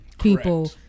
people